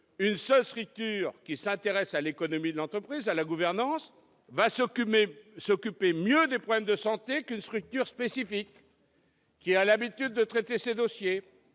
qu'une seule structure qui s'intéresse à l'économie de l'entreprise, à la gouvernance, s'occupera mieux des problèmes de santé qu'une structure spécifique qui a l'habitude de traiter ces dossiers